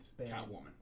Catwoman